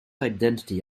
identity